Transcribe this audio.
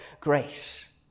grace